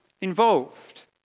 involved